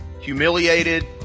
humiliated